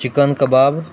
chicken कबाब